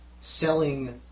selling